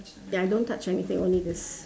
ya don't touch anything only this